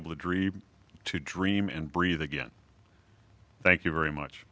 able to dream to dream and breathe again thank you very much